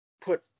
put